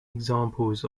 examples